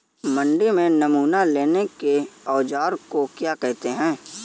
मंडी में नमूना लेने के औज़ार को क्या कहते हैं?